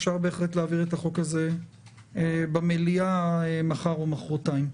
אפשר בהחלט להעביר את החוק הזה במליאה מחר או מוחרתיים.